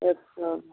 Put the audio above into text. अच्छा